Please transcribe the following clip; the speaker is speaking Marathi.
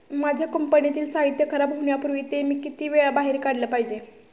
माझ्या कंपनीतील साहित्य खराब होण्यापूर्वी मी ते किती वेळा बाहेर काढले पाहिजे?